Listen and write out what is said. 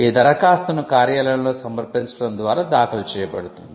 ఈ దరఖాస్తును కార్యాలయంలో సమర్పించడం ద్వారా దాఖలు చేయబడుతుంది